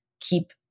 keep